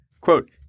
quote